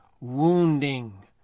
wounding